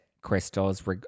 crystals